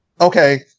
okay